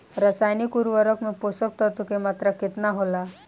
रसायनिक उर्वरक मे पोषक तत्व के मात्रा केतना होला?